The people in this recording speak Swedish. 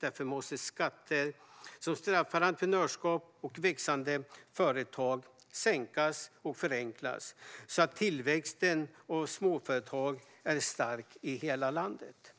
Därför måste skatter som straffar entreprenörskap och växande företag sänkas och förenklas så att tillväxten av småföretag är stark i hela landet.